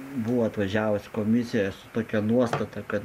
buvo atvažiavusi komisija su tokia nuostata kad